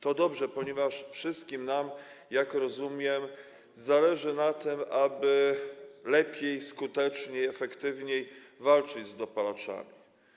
To dobrze, ponieważ wszystkim nam, jak rozumiem, zależy na tym, aby lepiej, skuteczniej, efektywniej walczyć z dopalaczami.